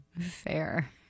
Fair